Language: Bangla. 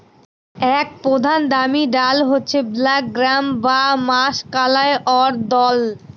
এক প্রধান দামি ডাল হচ্ছে ব্ল্যাক গ্রাম বা মাষকলাইর দল